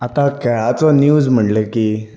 आता खेळाचो निव्ज म्हणलें की